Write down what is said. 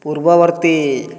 ପୂର୍ବବର୍ତ୍ତୀ